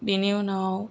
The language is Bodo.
बेनि उनाव